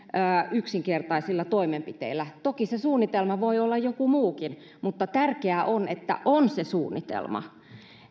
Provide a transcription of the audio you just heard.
yksinkertaisilla toimenpiteillä toki se suunnitelma voi olla joku muukin mutta tärkeää on että on se suunnitelma